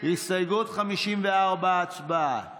ההסתייגות של קבוצת סיעת ש"ס,